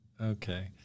Okay